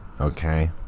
okay